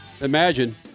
imagine